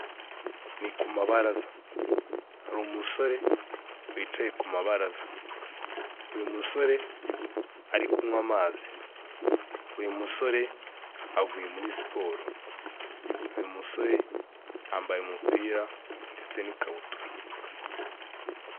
Ni ku mabaraza, hari umusore wicaye ku mabaraza, uyu musore ari kunywa amazi, uyu musore avuye muri siporo, uyu musore yambaye umupira ndetse n'ikabutura.